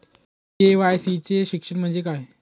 KYC चे शिक्षण म्हणजे काय?